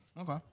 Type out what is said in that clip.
Okay